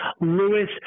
Lewis